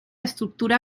estructura